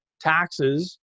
taxes